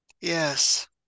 Yes